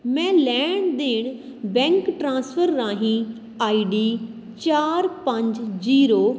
ਮੈਂ ਲੈਣ ਦੇਣ ਬੈਂਕ ਟ੍ਰਾਂਸਫਰ ਰਾਹੀਂ ਆਈ ਡੀ ਚਾਰ ਪੰਜ ਜ਼ੀਰੋ